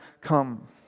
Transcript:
come